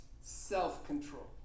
self-control